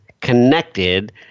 connected